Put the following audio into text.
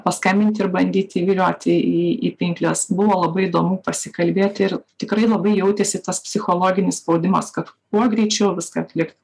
paskambint ir bandyt įvilioti į į pinkles buvo labai įdomu pasikalbėt ir tikrai labai jautėsi tas psichologinis spaudimas kad kuo greičiau viską atlik